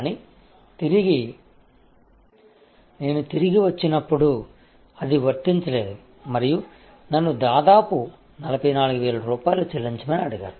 కానీ నేను తిరిగి వచ్చినప్పుడు అది వర్తించలేదు మరియు నన్ను దాదాపు 44000 రూపాయలు చెల్లించమని అడిగారు